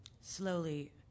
Slowly